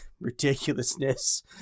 ridiculousness